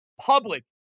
Public